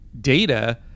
Data